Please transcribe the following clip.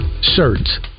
shirts